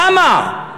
למה?